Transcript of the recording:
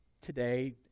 today